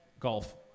Golf